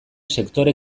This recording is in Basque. sektore